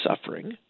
suffering